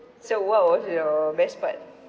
so what was your best part